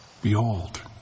Behold